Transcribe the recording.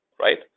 Right